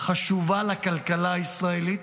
חשובה לכלכלה הישראלית,